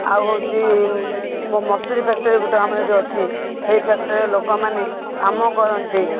ଆଉ ହେଉଛି ମସୁରୀ ଫ୍ୟାକ୍ଟରୀ ଗୋଟେ ଆମର ହେଠି ଅଛି ସେଇ ଫ୍ୟାକ୍ଟରୀ ଲୋକମାନେ କାମ କରନ୍ତି